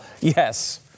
Yes